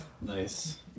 Nice